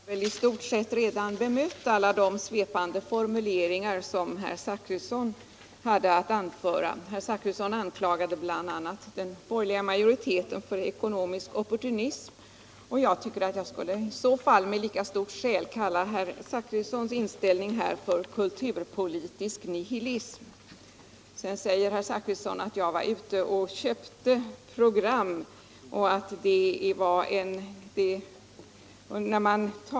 Herr talman! Herr Wikström har i stort sett redan bemött alla de svepande formuleringar som herr Zachrisson kom med. Han anklagade bl.a. den borgerliga majoriteten för ekonomisk opportunism. Jag tycker att jag i så fall med lika stort skäl kan kalla herr Zachrissons inställning här för kulturpolitisk nihilism. Herr Zachrisson säger sedan att jag var ute och köpte program.